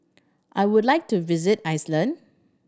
I would like to visit Iceland